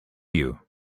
you